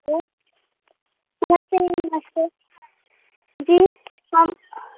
hello नमस्ते जी नमस्ते जी हम